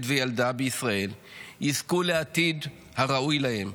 וילדה בישראל יזכו לעתיד הראוי להם,